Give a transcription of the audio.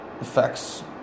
effects